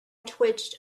twitched